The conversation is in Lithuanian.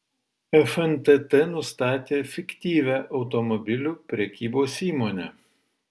fntt nustatė fiktyvią automobilių prekybos įmonę